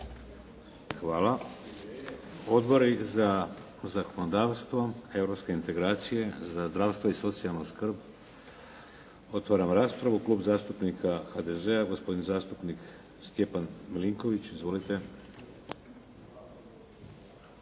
Hvala. Odbori za zakonodavstvo, europske integracije, za zdravstvo i socijalnu skrb. Otvaram raspravu. Klub zastupnika HDZ-a, gospodin zastupnik Stjepan Milinković. Izvolite.